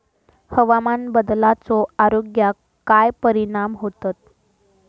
हवामान बदलाचो आरोग्याक काय परिणाम होतत?